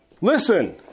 listen